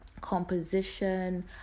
composition